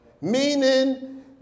Meaning